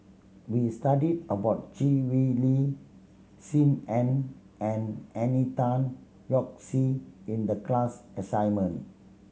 we studied about Chee Swee Lee Sim Ann and Henry Tan Yoke See in the class assignment